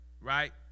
Right